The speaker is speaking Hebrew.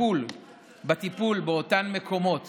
בטיפול באותם מקומות